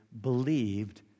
believed